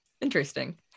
Interesting